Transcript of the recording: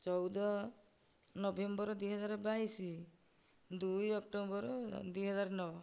ଚଉଦ ନଭେମ୍ବର ଦୁଇହଜାର ବାଇଶ ଦୁଇ ଅକ୍ଟୋବର ଦୁଇହଜାର ନଅ